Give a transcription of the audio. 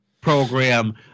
program